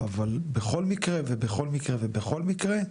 אבל בכל מקרה ובכל מקרה ובכל מקרה,